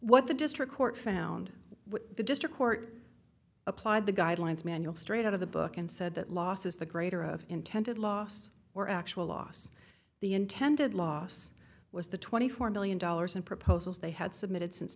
what the district court found with the district court applied the guidelines manual straight out of the book and said that loss is the greater of intended loss or actual loss the intended loss was the twenty four million dollars in proposals they had submitted since